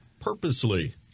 purposely